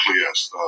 yes